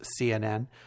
CNN